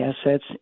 assets